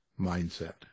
Mindset